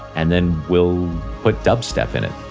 and then we'll put dubstep in it.